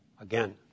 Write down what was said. Again